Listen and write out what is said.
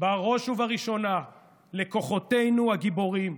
בראש ובראשונה לכוחותינו הגיבורים,